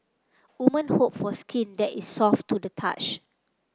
women hope for skin that is soft to the touch